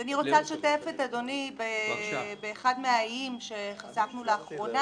אני רוצה לשתף את אדוני באחד מהאיים שחשפנו לאחרונה.